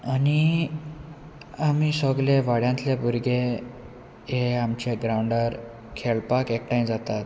आनी आमी सगले वाड्यांतले भुरगे हे आमच्या ग्रावंडार खेळपाक एकठांय जातात